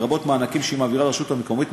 לרבות מענקים שהיא מעבירה לרשות מקומית.